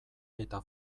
eta